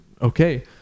okay